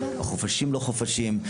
חופשים אינם חופשים,